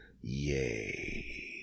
Yay